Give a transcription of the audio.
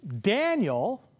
Daniel